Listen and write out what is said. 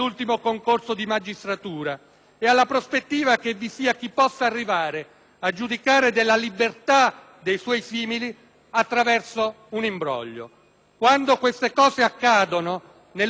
e alla prospettiva che vi sia chi possa arrivare a giudicare della libertà dei suoi simili attraverso un imbroglio. Quando queste cose accadono nell'università o nella magistratura,